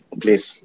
please